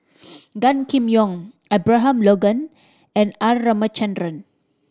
Gan Kim Yong Abraham Logan and R Ramachandran